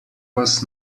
was